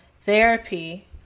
therapy